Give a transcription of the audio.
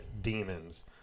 demons